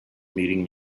meeting